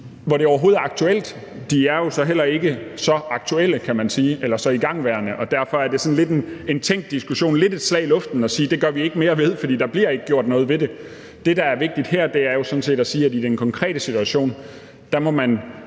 hvor det overhovedet er aktuelt. De er jo så heller ikke så aktuelle, kan man sige, eller så igangværende, og derfor er det sådan lidt en tænkt diskussion, lidt et slag i luften at sige, at det gør vi ikke mere ved. For der bliver ikke gjort noget ved det. Det, der er vigtigt her, er jo sådan set at sige, at man i den konkrete situation må stille